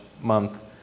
month